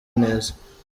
neza